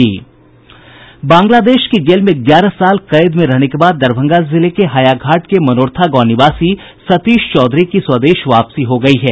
बांग्लादेश की जेल में ग्यारह साल कैद में रहने के बाद दरभंगा जिले के हायाघाट के मनोरथा गांव निवासी सतीश चौधरी की स्वदेश वापसी हो गयी है